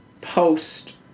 post